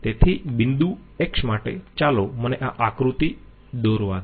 તેથી બિંદુ X માટે ચાલો મને આ આકૃતિ દોરવા દો